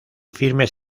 firmes